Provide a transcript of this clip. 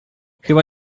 chyba